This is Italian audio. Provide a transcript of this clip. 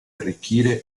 arricchire